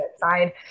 side